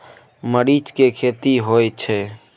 मरीच के खेती होय छय?